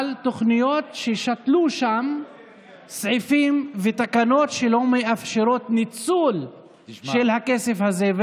אבל תוכניות ששתלו שם סעיפים ותקנות שלא מאפשרים ניצול של הכסף הזה.